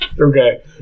Okay